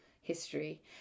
history